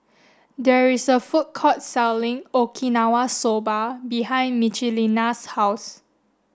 there is a food court selling Okinawa Soba behind Michelina's house